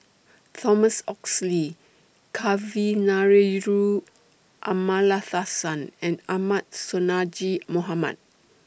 Thomas Oxley Kavignareru Amallathasan and Ahmad Sonhadji Mohamad